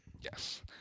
Yes